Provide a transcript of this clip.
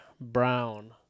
Brown